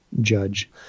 judge